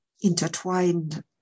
intertwined